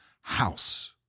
house